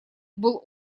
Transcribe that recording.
был